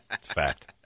Fact